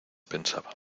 pensaba